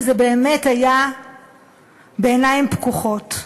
וזה באמת היה בעיניים פקוחות.